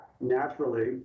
naturally